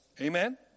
Amen